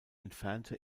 entfernte